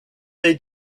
they